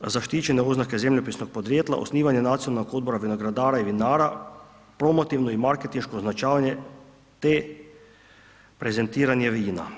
zaštićene oznake zemljopisnog podrijetla, osnivanje Nacionalnog odbora vinogradara i vinara, promotivno i marketinško označavanje, te prezentiranje vina.